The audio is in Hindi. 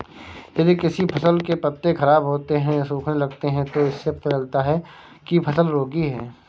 यदि किसी फसल के पत्ते खराब होते हैं, सूखने लगते हैं तो इससे पता चलता है कि फसल रोगी है